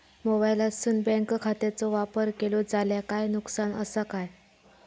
मोबाईलातसून बँक खात्याचो वापर केलो जाल्या काय नुकसान असा काय?